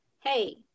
Hey